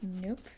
nope